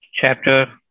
Chapter